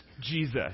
Jesus